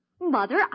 Mother